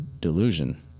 delusion